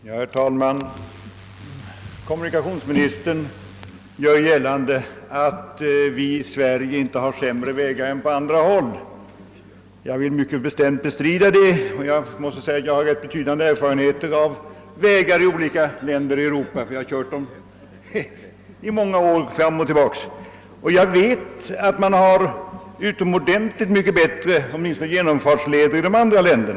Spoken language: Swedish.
Herr talman! Kommunikationsministern gör gällande att vi i Sverige inte har sämre vägar än man har på andra håll. Jag vill mycket bestämt bestrida detta — jag har betydande erfarenheter av vägar i olika länder i Europa, ty jag har kört dem fram och tillbaka under många år. Jag vet därför att man åtminstone har mycket bättre genomfartsleder i andra länder.